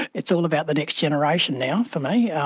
it's all about the next generation now for me, yeah